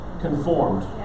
conformed